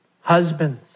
husbands